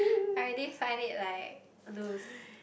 I already find it like loose